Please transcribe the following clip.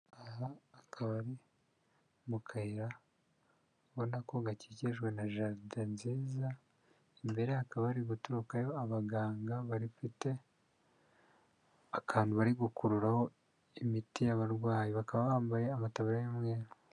Aha akaba ari mu kayira ubona ko gakikijwe na jaride nziza. Imbere yaho hakaba hari guturukayo abaganga bafite akantu bari gukururaho imiti y'abarwayi. Bakaba bambaye amataburiya y'umweru.